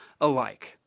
alike